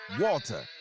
Walter